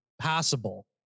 passable